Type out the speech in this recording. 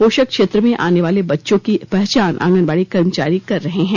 पोषक क्षेत्र में आने वाले बच्चों की पहचान आंगनबाड़ी कर्मचारी कर रहे हैं